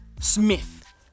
Smith